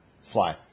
Sly